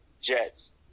Jets